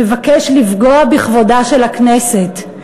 מבקש לפגוע בכבודה של הכנסת,